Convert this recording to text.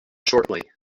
shortly